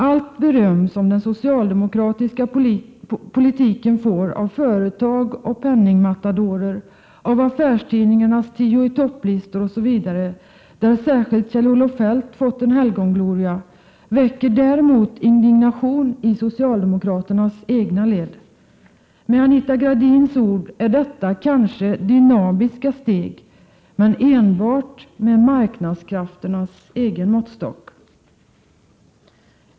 Allt beröm som den socialdemokratiska politiken får av företag och penningmatadorer, av affärstidningarnas tio-i-topp-listor osv., där särskilt Kjell-Olof Feldt fått en helgongloria, väcker däremot indignation i socialdemokraternas egna led. Med Anita Gradins ord är detta kanske ”dynamiska” steg, men enbart med marknadskrafternas egen måttstock.